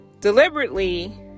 deliberately